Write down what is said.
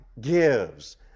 gives